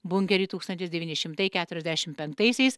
bunkerį tūkstantis devyni šimtai keturiasdešim penktaisiais